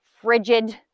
frigid